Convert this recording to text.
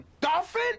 Dolphin